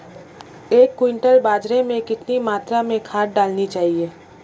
एक क्विंटल बाजरे में कितनी मात्रा में खाद डालनी चाहिए?